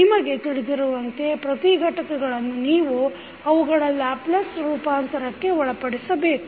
ಹೀಗಾಗಿ ನಿಮಗೆ ತಿಳಿದಿರುವಂತೆ ಪ್ರತಿ ಘಟಕಗಳನ್ನು ನೀವು ಅವುಗಳ ಲ್ಯಾಪ್ಲೇಸ್ ರೂಪಾಂತರಕ್ಕೆ ಒಳಪಡಿಸಬೇಕು